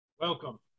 Welcome